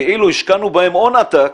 כאילו השקענו בהם הון עתק,